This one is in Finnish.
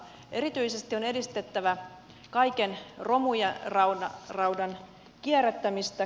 erityisesti on edistettävä kaiken romuraudan kierrättämistä